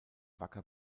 wacker